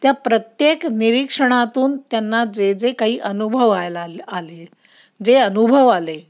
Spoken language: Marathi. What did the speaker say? त्या प्रत्येक निरीक्षणातून त्यांना जे जे काही अनुभवायला आले जे अनुभव आले